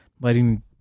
letting